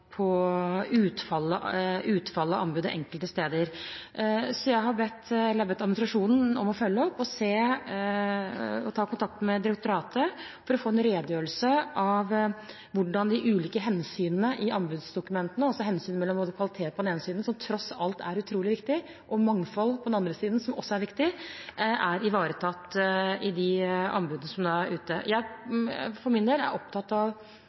utfallet av anbudet enkelte steder. Jeg har bedt administrasjonen om å følge opp og ta kontakt med direktoratet for å få en redegjørelse av hvordan de ulike hensynene i anbudsdokumentene – hensynet mellom kvalitet på den ene siden, som tross alt er utrolig viktig, og mangfold på den andre siden, som også er viktig – er ivaretatt i de anbudene som er ute. For min del er jeg opptatt av